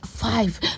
Five